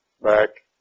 back